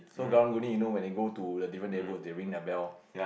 so karang-guni you know when they go to the different neighborhood they'll ring their bell